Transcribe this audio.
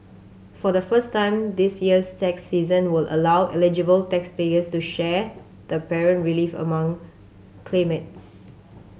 for the first time this year's tax season will allow eligible taxpayers to share the parent relief among claimants